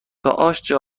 بیافته